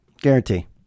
Guarantee